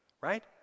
right